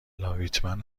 لاویتمن